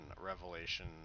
Revelation